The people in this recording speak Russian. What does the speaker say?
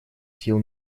сил